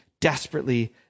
desperately